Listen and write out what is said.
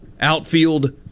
outfield